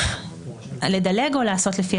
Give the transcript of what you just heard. לדלג או לפי הסדר?